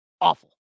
awful